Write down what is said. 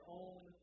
own